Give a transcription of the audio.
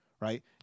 right